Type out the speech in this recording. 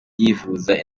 yivuza